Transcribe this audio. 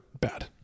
bad